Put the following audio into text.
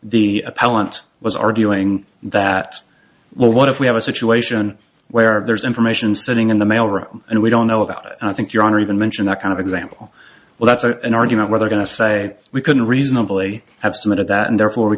appellant was arguing that well what if we have a situation where there's information sitting in the mail room and we don't know about it and i think your honor even mention that kind of example well that's an argument where they're going to say we couldn't reasonably have submitted that and therefore we